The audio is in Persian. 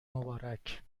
مبارک